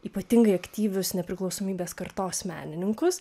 ypatingai aktyvius nepriklausomybės kartos menininkus